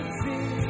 see